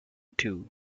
two